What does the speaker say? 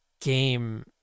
game